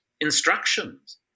instructions